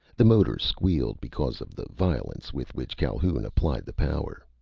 the motor squealed because of the violence with which calhoun applied the power.